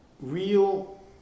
real